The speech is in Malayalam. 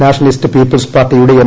നാഷനലിസ്റ്റ് പീപ്പിൾസ് പാർട്ടിയുടെ എം